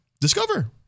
discover